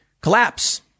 collapse